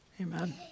Amen